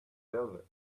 velvet